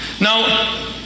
Now